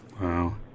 Wow